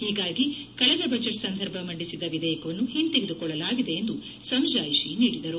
ಹೀಗಾಗಿ ಕಳೆದ ಬಜೆಟ್ ಸಂದರ್ಭ ಮಂಡಿಸಿದ್ಲ ವಿಧೇಯಕವನ್ನು ಹಿಂತೆಗೆದುಕೊಳ್ಳಲಾಗಿದೆ ಎಂದು ಸಮಜಾಯಿಷಿ ನೀಡಿದರು